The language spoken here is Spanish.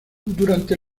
durante